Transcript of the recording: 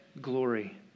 glory